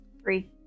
Three